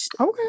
okay